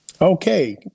Okay